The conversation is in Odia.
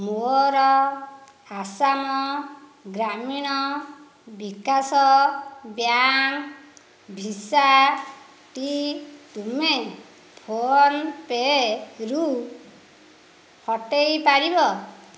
ମୋ'ର ଆସାମ ଗ୍ରାମୀଣ ବିକାଶ ବ୍ୟାଙ୍କ୍ ଭିସାଟି ତୁମେ ଫୋନ୍ପେ'ରୁ ହଟେଇ ପାରିବ